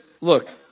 look